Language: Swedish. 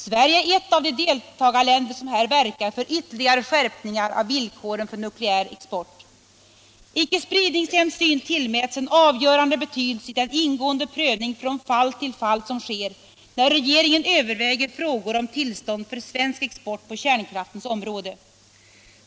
Sverige är ett av de deltagarländer som här verkar för ytterligare skärpningar av villkoren för nukleär export. Icke-spridningshänsyn tillmäts en avgörande betydelse i den ingående prövning från fall till fall som sker när regeringen överväger frågor om tillstånd för svensk export på kärnkraftens område.